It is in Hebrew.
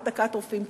העתקת רופאים,